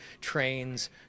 trains